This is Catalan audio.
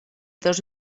dos